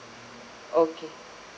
okay